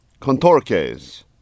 Contorques